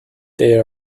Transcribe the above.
they